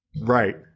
right